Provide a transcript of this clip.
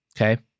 okay